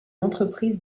entreprise